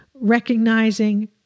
recognizing